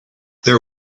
there